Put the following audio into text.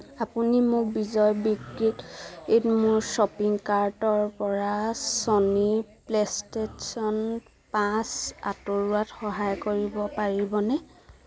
আপুনি মোক বিজয় বিক্ৰীত মোৰ শ্বপিং কাৰ্টৰ পৰা ছনী প্লে' ষ্টেচন পাঁচ আঁতৰোৱাত সহায় কৰিব পাৰিবনে